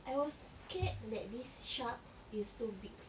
I was scared that this shark is too big for you